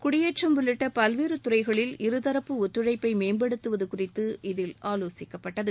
குடியேற்றம் உள்ளிட்ட பல்வேறு துறைகளில் இருதரப்பு ஒத்துழைப்பை மேம்படுத்துவது குறித்து இதில் ஆலோசிக்கப்பட்டது